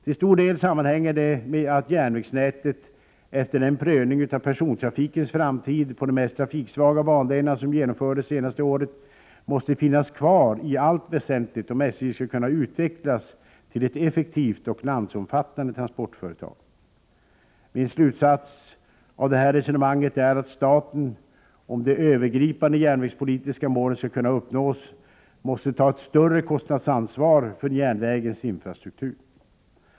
Till stor del sammanhänger det med att järnvägsnätet, efter den prövning av persontrafikens framtid på de mest trafiksvaga bandelarna som genomförts det senaste året, måste finnas kvar i allt väsentligt om SJ skall kunna utvecklas till ett effektivt och landsomfattande transportföretag. Min slutsats av det här resonemanget är att staten, om de övergripande järnvägspolitiska målen skall kunna uppnås, måste ta ett större kostnadsansvar för järnvägens infrastruktur.